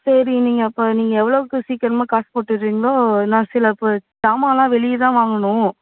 சரி நீங்கள் அப்போ நீங்கள் எவ்வளோவுக்கு சீக்கிரமாக காசு போட்டு விடுறீங்களோ நான் சில ப ஜாமான் எல்லாம் வெளியே தான் வாங்கணும்